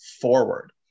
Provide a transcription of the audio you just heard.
forward